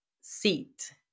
seat